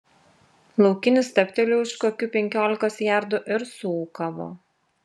laukinis stabtelėjo už kokių penkiolikos jardų ir suūkavo